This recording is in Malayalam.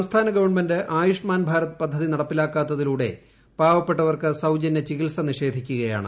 സംസ്ഥാന ഗവണ്മെന്റ് ആയുഷ്മാൻ ഭാരത് പദ്ധതി നടപ്പാക്കാത്തതിലൂടെ പാവപ്പെട്ടവർക്ക് സൌജന്യ ചികിത്സ നിഷേധിക്കുകയാണ്